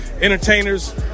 entertainers